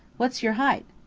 what's your height?